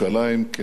כנאמן,